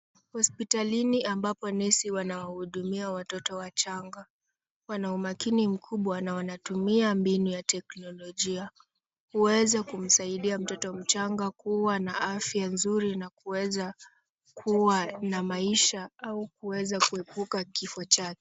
Hospitalini ambapo nesi wanawahudumia watoto wachanga, wana umakini mkubwa na wanatumia mbinu ya teknolojia. Huweza kumsaidia mtoto mchanga kuwa na afya nzuri na kuweza kuwa na maisha au kuweza kuepuka kifo chake.